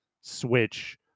switch